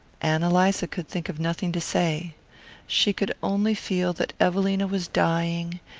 ann eliza could think of nothing to say she could only feel that evelina was dying,